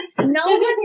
No